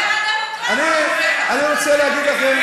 אתה מדבר על דמוקרטיה, אז, אני רוצה להגיד לכם,